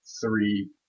three